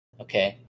okay